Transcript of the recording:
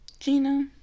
Gina